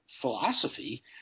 philosophy